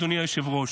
אדוני היושב-ראש: